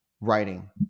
writing